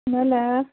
ल ल